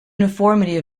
uniformity